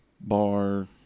Bar